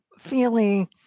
feeling